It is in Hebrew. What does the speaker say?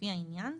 לפי העניין,